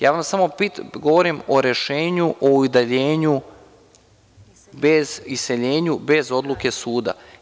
Ja vam samo govorim o rešenju o udaljenju bez iseljenja, bez odluke suda.